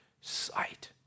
sight